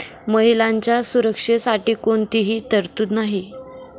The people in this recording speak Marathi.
महिलांच्या सुरक्षेसाठी कोणतीही तरतूद नाही